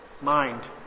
mind